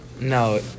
No